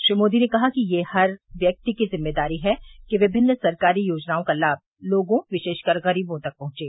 श्री मोदी ने कहा कि यह हर व्यक्ति की जिम्मेदारी है कि विभिन्न सरकारी योजनाओं का लाम लोगों विशेषकर ग़रीबों तक पहुंचे